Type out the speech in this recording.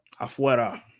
Afuera